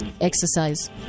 exercise